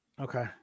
Okay